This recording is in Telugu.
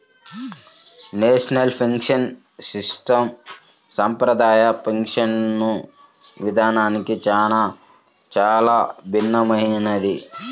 నేషనల్ పెన్షన్ సిస్టం సంప్రదాయ పింఛను విధానానికి చాలా భిన్నమైనది